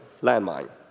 landmine